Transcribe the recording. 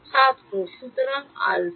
ছাত্র সুতরাং আলফা হয়